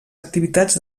activitats